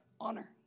Honor